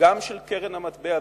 גם של קרן המטבע הבין-לאומית,